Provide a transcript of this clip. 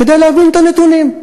כדי להבין את הנתונים.